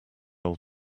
old